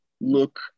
look